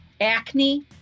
Acne